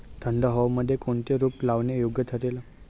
थंड हवेमध्ये कोणते रोप लावणे योग्य ठरेल?